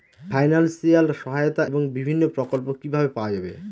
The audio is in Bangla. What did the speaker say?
ফাইনান্সিয়াল সহায়তা এবং বিভিন্ন প্রকল্প কিভাবে পাওয়া যাবে?